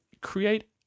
create